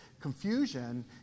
confusion